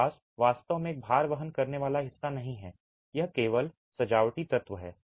लिबास वास्तव में एक भार वहन करने वाला हिस्सा नहीं है यह केवल एक सजावटी तत्व है